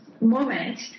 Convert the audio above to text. moment